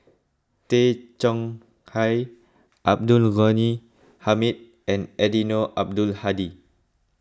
Tay Chong Hai Abdul Ghani Hamid and Eddino Abdul Hadi